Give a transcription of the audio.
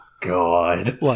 god